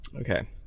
Okay